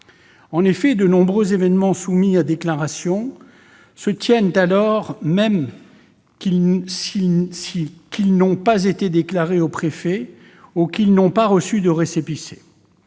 En effet, de nombreux événements soumis à déclaration se tiennent alors même qu'ils n'ont pas été déclarés aux préfets ou qu'ils n'ont pas reçu de récépissé.